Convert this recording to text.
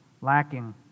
lacking